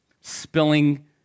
spilling